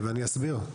אני אסביר: